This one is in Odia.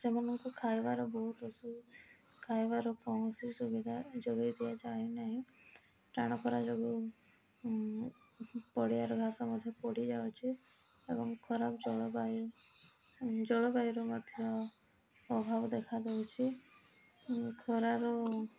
ସେମାନଙ୍କୁ ଖାଇବାର ବହୁତ ଖାଇବାର କୌଣସି ସୁବିଧା ଯୋଗାଇ ଦିଆଯାଏ ନାହିଁ ଟାଣ ଖରା ଯୋଗୁ ପଡ଼ିଆ ର ଘାସ ମଧ୍ୟ ପୋଡ଼ି ଯାଉଛି ଏବଂ ଖରାପ ଜଳବାୟୁ ଜଳବାୟୁ ର ମଧ୍ୟ ଅଭାବ ଦେଖା ଦଉଛି ଖରାର